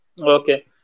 Okay